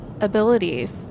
abilities